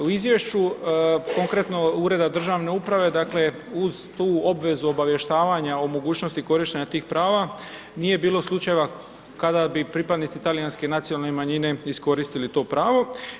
U izvješću konkretno Ureda državne uprave, dakle uz tu obvezu obavještavanja o mogućnosti korištenja tih prava, nije bilo slučajeva kada bi pripadnici talijanske nacionalne manjine iskoristili to pravo.